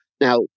Now